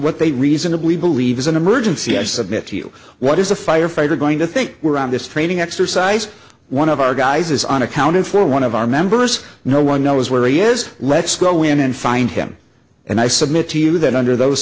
what they reasonably believe is an emergency i submit to you what is a firefighter going to think we're on this training exercise one of our guys is unaccounted for one of our members no one knows where he is let's go in and find him and i submit to you that under those